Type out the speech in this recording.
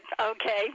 Okay